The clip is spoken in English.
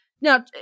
Now